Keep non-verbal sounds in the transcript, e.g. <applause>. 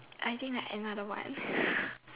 I think I another one <breath>